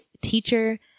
teacher